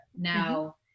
Now